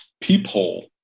peephole